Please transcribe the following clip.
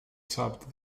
topped